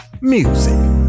Music